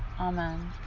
Amen